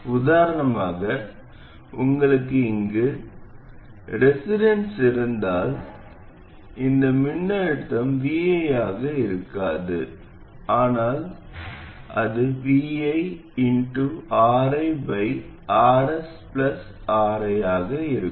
உதாரணமாக உங்களுக்கு இங்கு ரிசிஸ்டன்ஸ் இருந்தால் இந்த மின்னழுத்தம் vi ஆக இருக்காது ஆனால் அது viRiRsRi ஆக இருக்கும்